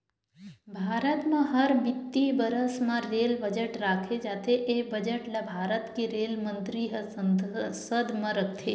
भारत म हर बित्तीय बरस म रेल बजट राखे जाथे ए बजट ल भारत के रेल मंतरी ह संसद म रखथे